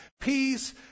peace